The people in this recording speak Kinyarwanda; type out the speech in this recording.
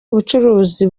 ubucuruzi